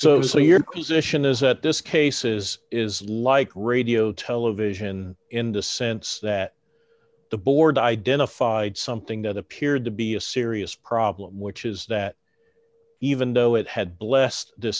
that this cases is like radio television in the sense that the board identified something that appeared to be a serious problem which is that even though it had blessed the